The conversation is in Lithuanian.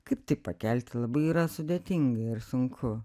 kaip tai pakelti labai yra sudėtinga ir sunku